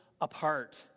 apart